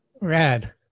rad